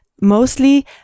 mostly